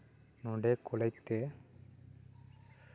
ᱱᱚᱸᱰᱮ ᱠᱚᱞᱮᱡᱽ ᱛᱮ